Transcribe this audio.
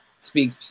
speak